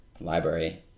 Library